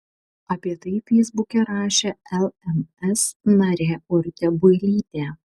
apie tai feisbuke rašė lms narė urtė builytė